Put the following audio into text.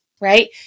right